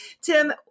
Tim